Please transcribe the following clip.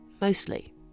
Mostly